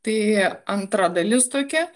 tai antra dalis tokia